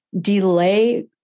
delay